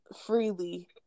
freely